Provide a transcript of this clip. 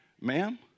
ma'am